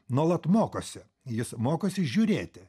nuolat mokosi jis mokosi žiūrėti